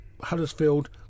Huddersfield